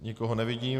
Nikoho nevidím.